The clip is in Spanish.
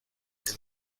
que